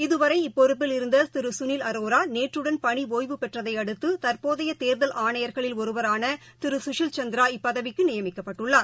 இதுவரை இப்பொறுப்பில் இருந்ததிருகளில் அரோரா நேற்றடள் பனிஒய்வு பெற்றதையடுத்து தற்போதையதோதல் ஆணையர்களில் ஒருவரானதிருகுஷில் சந்திரா இப்பதவிக்குநியமிக்கப்பட்டுள்ளார்